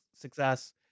success